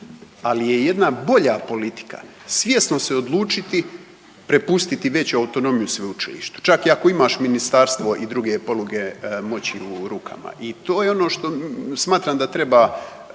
ali je jedna bolja politika, svjesno se odlučiti prepustiti veću autonomiju sveučilištu. Čak i ako imaš ministarstvo i druge poluge moći u rukama i to je ono što smatram da treba